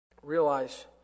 realize